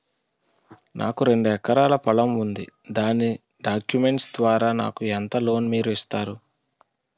నాకు రెండు ఎకరాల పొలం ఉంది దాని డాక్యుమెంట్స్ ద్వారా నాకు ఎంత లోన్ మీరు ఇస్తారు?